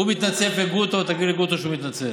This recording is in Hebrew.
הוא מתנצל בפני גרוטו, תגיד לגרוטו שהוא מתנצל.